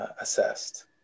assessed